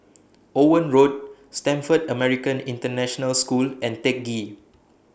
Owen Road Stamford American International School and Teck Ghee